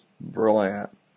brilliant